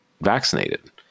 vaccinated